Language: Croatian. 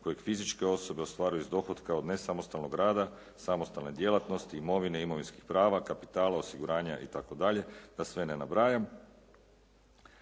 kojeg fizičke osobe ostvaruju iz dohotka od nesamostalnog rada, samostalne djelatnosti, imovine, imovinskih prava, kapitala, osiguranja itd., da sve ne nabrajam,